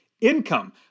income